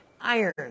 Iron